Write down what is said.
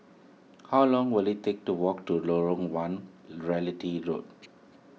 how long will it take to walk to Lorong one Realty Road